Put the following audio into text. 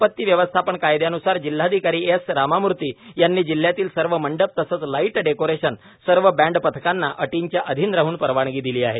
आपत्ती व्यवस्थापन कायद्यान्सार जिल्हादंडाधिकारी एस रामामूर्ती यांनी जिल्ह्यातील सर्व मंडप तसेच लाईट डेकोरेशन सर्व बँड पथकांना अटींच्या अधीन राहन परवानगी दिली आहे